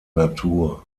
natur